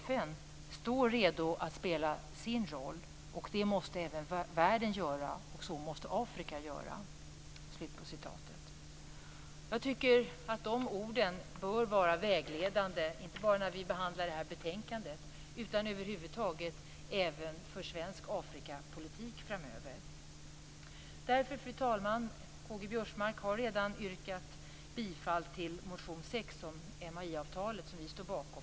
FN står redo att spela sin roll. Det måste även världen och Afrika göra. De orden bör vara vägledande, inte bara för behandlingen av det här betänkandet, utan över huvud taget för svensk Afrikapolitik framöver. Fru talman! K-G Biörsmark har redan yrkat bifall till reservation 6 om MAI-avtalet som vi står bakom.